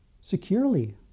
Securely